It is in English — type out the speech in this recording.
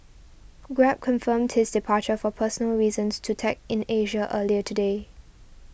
grab confirmed his departure for personal reasons to Tech in Asia earlier today